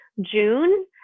June